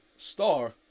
Star